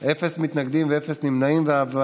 ל-45 יום, מותר לפרוץ לבתים בלי צו.